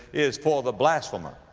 is for the blasphemer.